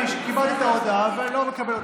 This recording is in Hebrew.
אדוני, אני קיבלתי את ההודעה, ואני לא מקבל אותה.